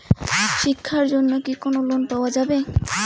শিক্ষার জন্যে কি কোনো লোন পাওয়া যাবে?